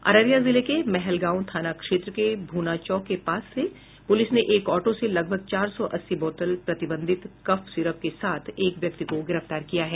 अररिया जिले के महलगांव थाना क्षेत्र के भूनाचौक के पास से पूलिस ने एक ऑटो से लगभग चार सौ अस्सी बोतल प्रतिबंधित कफ सीरप के साथ एक व्यक्ति को गिरफ्तार किया है